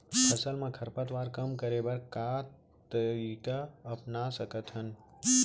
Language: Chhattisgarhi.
फसल मा खरपतवार कम करे बर का तरीका अपना सकत हन?